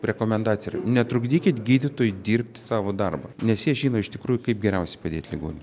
rekomendacija yra netrukdykit gydytojui dirbt savo darbą nes jie žino iš tikrųjų kaip geriausia padėt ligoniui